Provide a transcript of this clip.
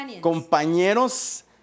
compañeros